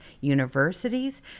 universities